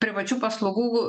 privačių paslaugų